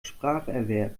spracherwerb